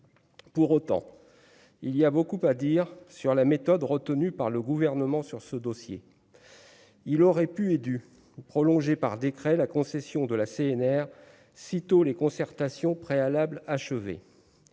pour autant, il y a beaucoup à dire sur la méthode retenue par le gouvernement sur ce dossier, il aurait pu et dû prolonger par décret la concession de la CNR, sitôt les concertations préalables achevée